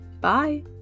Bye